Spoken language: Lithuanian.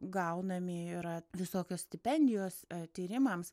gaunami yra visokios stipendijos tyrimams